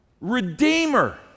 redeemer